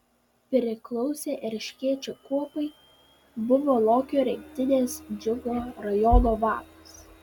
priklausė erškėčio kuopai buvo lokio rinktinės džiugo rajono vadas